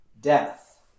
death